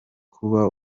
kuba